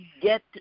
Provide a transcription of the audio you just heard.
get